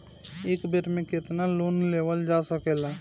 एक बेर में केतना लोन लेवल जा सकेला?